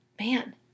man